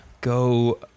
go